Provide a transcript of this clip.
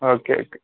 okay okay